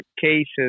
cases